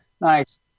Nice